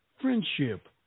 friendship